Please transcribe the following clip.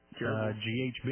GHB